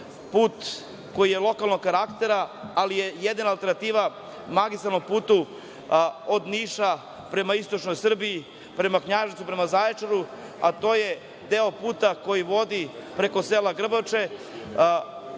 put koji je lokalnog karaktera, ali je jedina alternativa magistralnom putu od Niša prema istočnoj Srbiji, prema Knjaževcu, prema Zaječaru, a to je deo puta koji vodi preko sela Grbače,